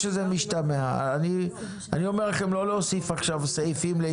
אני אומר לכם, לא להוסיף עכשיו סעיפים להתווכח.